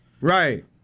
Right